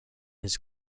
his